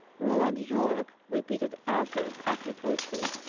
roland yorke! repeated arthur, half reproachfully.